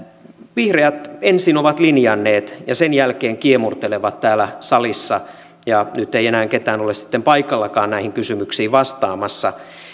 vihreät ensin ovat linjanneet ja sen jälkeen kiemurtelevat täällä salissa ja nyt ei enää ketään ole sitten paikallakaan näihin kysymyksiin vastaamassa minun